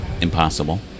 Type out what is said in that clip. impossible